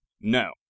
No